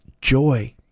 joy